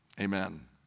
Amen